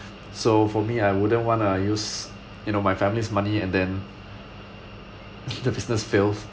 so for me I wouldn't want to use you know my family's money and then the business fails